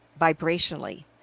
vibrationally